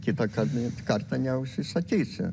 kitą kartą kartą neužsisakysiu